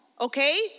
okay